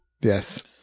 Yes